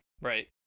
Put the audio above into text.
Right